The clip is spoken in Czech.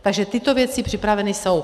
Takže tyto věci připraveny jsou.